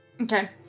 okay